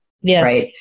Yes